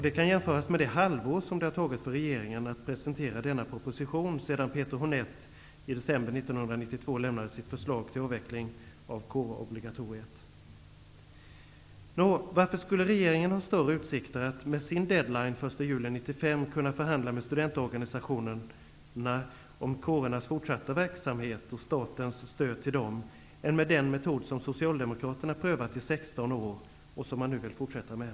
Det kan jämföras med det halvår som det tagit för regeringen att presentera denna proposition sedan Peter Honeth i december 1992 Varför skulle regeringen ha större utsikter att med sin deadline, den 1 juli 1995, kunna förhandla med studentorganisationerna om kårernas fortsatta verksamhet och statens stöd till dem än med den metod som Socialdemokraterna prövat i 16 år och nu vill fortsätta med?